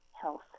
health